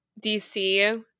dc